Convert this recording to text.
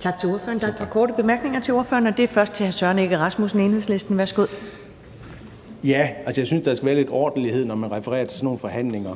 Tak til ordføreren. Der er et par korte bemærkninger til ordføreren. Det er først fra hr. Søren Egge Rasmussen, Enhedslisten. Værsgo. Kl. 10:44 Søren Egge Rasmussen (EL): Jeg synes, der skal være lidt ordentlighed, når man refererer til sådan nogle forhandlinger: